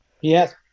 Yes